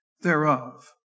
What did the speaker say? thereof